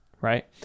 right